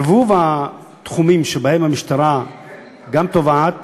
ערבוב התחומים שבו המשטרה גם תובעת